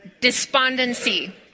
Despondency